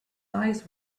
eyes